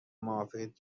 موافقید